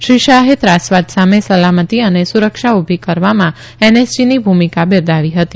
શ્રી શાહે ત્રાસવાદ સામે સલામતી અને સુરક્ષા ઉભી કરવામાં એનએસજીની ભૂમિકા બીરદાવી હતી